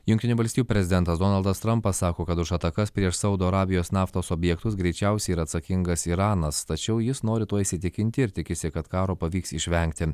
jungtinių valstijų prezidentas donaldas trampas sako kad už atakas prieš saudo arabijos naftos objektus greičiausiai yra atsakingas iranas tačiau jis nori tuo įsitikinti ir tikisi kad karo pavyks išvengti